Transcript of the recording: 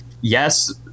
yes